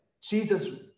Jesus